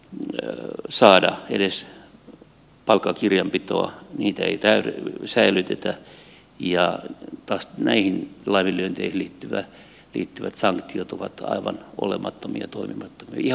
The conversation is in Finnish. ne mahdollisuutta saada edes palkkakirjanpitoa sitä ei säilytetä ja näihin laiminlyönteihin liittyvät sanktiot taas ovat aivan olemattomia ja toimimattomia